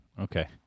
Okay